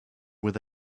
with